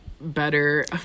Better